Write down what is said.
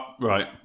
right